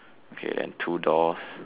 okay then two doors